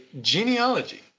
genealogy